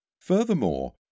Furthermore